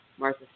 Martha